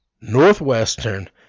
Northwestern